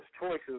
choices